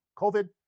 COVID